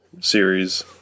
series